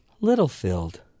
Littlefield